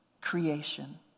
creation